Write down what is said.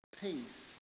peace